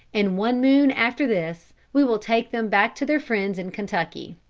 in one moon after this we will take them back to their friends in kentucky.